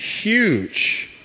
huge